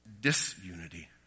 disunity